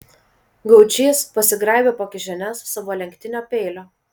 gaučys pasigraibė po kišenes savo lenktinio peilio